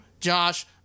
Josh